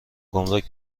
گمرگ